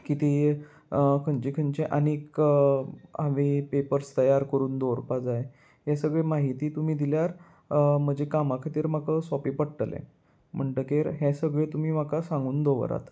कितें खंयचे खंयचे आनीक हांवे पेपर्स तयार करून दवरपा जाय हे सगळे माहती तुमी दिल्यार म्हजे कामां खातीर म्हाका सोंपें पडटलें म्हणटकीर हें सगळें तुमी म्हाका सांगून दवरात